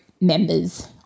members